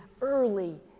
early